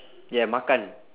ya makan